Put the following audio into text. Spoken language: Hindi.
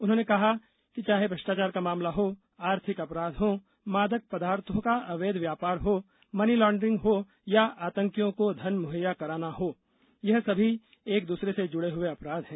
उन्होंने कहा कि चाहे भ्रष्टाचार का मामला हो आर्थिक अपराध हों मादक पदार्थों का अवैध व्यापार हो मनी लॉन्ड्रिंग हो या आतंकियों को धन मुहैया करना हो ये सभी एक दूसरे से जुड़े हए अपराध हैं